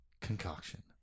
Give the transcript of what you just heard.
concoction